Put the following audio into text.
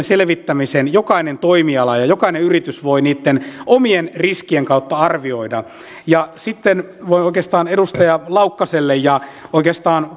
selvittämisen jokainen toimiala ja jokainen yritys voi niitten omien riskiensä kautta arvioida sitten voin edustaja laukkaselle ja oikeastaan